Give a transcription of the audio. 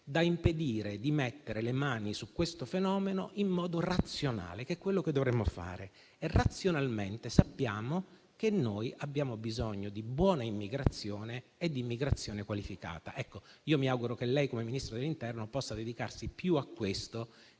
da impedire di mettere le mani su questo fenomeno in modo razionale, che è quello che dovremmo fare. E razionalmente sappiamo che abbiamo bisogno di buona immigrazione e di immigrazione qualificata. Io mi auguro che lei, come Ministro dell'interno, possa dedicarsi più a questo